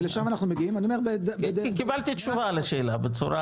ולשם אנחנו מגיעים -- קיבלתי תשובה על השאלה בצורה